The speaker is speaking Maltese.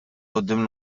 quddiem